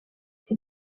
ses